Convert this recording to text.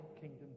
kingdom